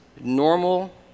normal